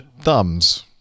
thumbs